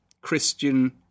Christian